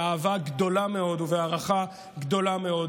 באהבה גדולה מאוד ובהערכה גדולה מאוד,